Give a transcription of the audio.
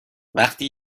وقتی